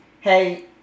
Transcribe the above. hey